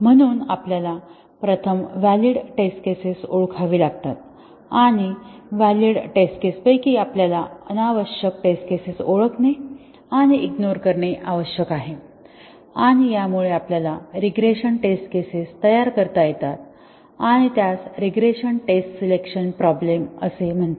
म्हणून आपल्याला प्रथम व्हॅलिड टेस्ट केसेस ओळखावी लागतील आणि व्हॅलिड टेस्ट केस पैकी आपल्याला अनावश्यक टेस्ट केसेस ओळखणे आणि इग्नोर करणे आवश्यक आहे आणि यामुळे आपल्याला रीग्रेशन टेस्ट केसेस तयार करता येतात आणि त्यास रीग्रेशन टेस्ट सिलेक्शन प्रॉब्लेम असे म्हणतात